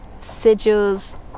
Sigils